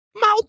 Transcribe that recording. mouth